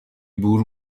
بور